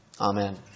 Amen